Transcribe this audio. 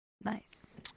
Nice